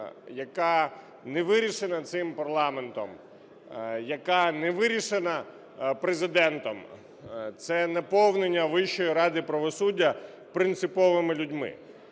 яка не вирішена цим парламентом, яка не вирішена Президентом, - це наповнення Вищої ради правосуддя принциповими людьми.